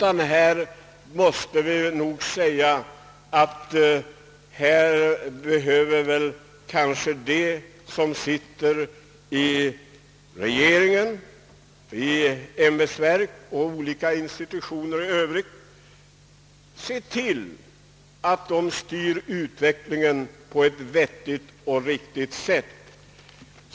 Vi måste se till att regeringen, ämbetsverk och institutioner kan styra utvecklingen på ett vettigt och riktigt sätt.